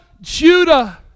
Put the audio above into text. Judah